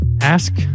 Ask